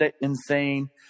insane